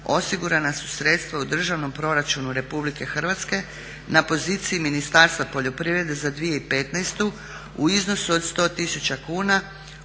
osigurana su sredstva u državnom proračunu RH na poziciji Ministarstva poljoprivrede za 2015.u iznosu od 100 tisuća